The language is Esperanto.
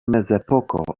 mezepoko